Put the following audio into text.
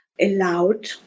allowed